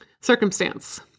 Circumstance